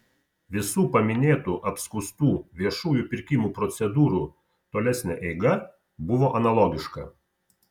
visų paminėtų apskųstų viešųjų pirkimų procedūrų tolesnė eiga buvo analogiška